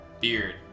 Beard